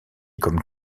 comme